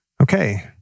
Okay